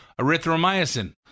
erythromycin